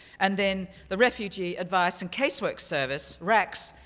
and then the refugee advice and case work service, racs,